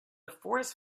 forest